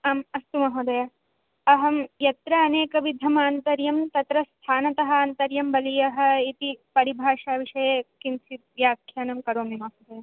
आम् अस्तु महोदय अहं यत्र अनेकविधमान्तर्यं तत्र स्थानतः आन्तर्यं बलीयः इति परिभाषाविषये किञ्चित् व्याख्यानं करोमि महोदय